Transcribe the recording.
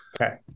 okay